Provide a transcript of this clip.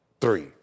three